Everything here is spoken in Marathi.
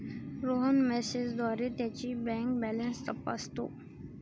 रोहन मेसेजद्वारे त्याची बँक बॅलन्स तपासतो